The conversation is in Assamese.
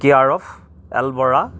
care of L Bora